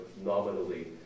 nominally